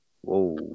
Whoa